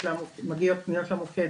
פניות שמגיעות למוקד,